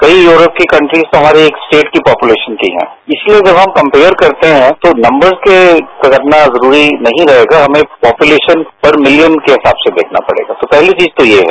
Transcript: कई यूरोप की कंट्री तो हमारे एक स्टेट की पोपुलेशन की है इसलियेजब हम कम्पेयर करते है तो नंबर को रखना जरूरी नहीं रहेगा हमें पोपुलेशन पर मिलियन के हिसाब से देखना पड़ेगा तोपहली चीज तो ये है